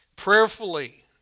Prayerfully